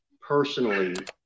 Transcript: personally